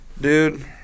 dude